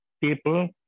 people